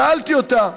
שאלתי אותה: